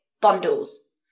bundles